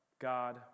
God